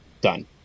done